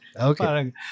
okay